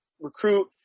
recruit